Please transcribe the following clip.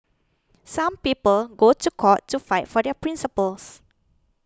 some people go to court to fight for their principles